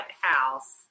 house